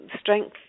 strength